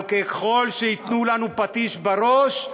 אבל ככל שייתנו לנו פטיש בראש,